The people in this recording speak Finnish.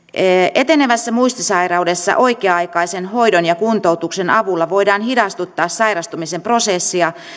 etenevässä muistisairaudessa oikea aikaisen hoidon ja kuntoutuksen avulla voidaan hidastuttaa sairastumisen prosessia